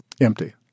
empty